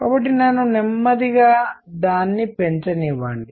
కాబట్టి నన్ను నెమ్మదిగా దాన్ని పెంచనివ్వండి